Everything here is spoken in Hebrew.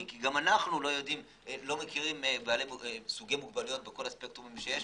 כי גם אנחנו לא מכירים סוגי מוגבלויות בכל הספקטרומים שיש.